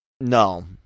no